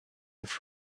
with